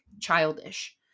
childish